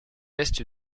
est